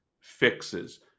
fixes